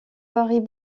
varient